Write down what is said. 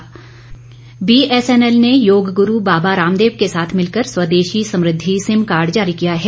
sim card BSNL ने योग गुरू बाबा रामदेव के साथ मिलकर स्वदेशी समृद्धि सिम कार्ड जारी किया है